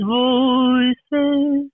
voices